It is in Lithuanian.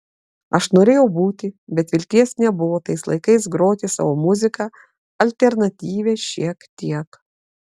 aš norėjau būti bet vilties nebuvo tais laikais groti savo muziką alternatyvią šiek tiek